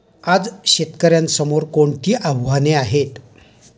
आज शेतकऱ्यांसमोर कोणती आव्हाने आहेत?